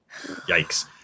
yikes